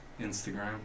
Instagram